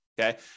okay